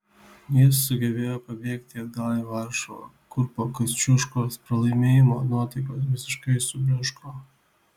jis sugebėjo pabėgti atgal į varšuvą kur po kosciuškos pralaimėjimo nuotaikos visiškai subliūško